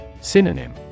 Synonym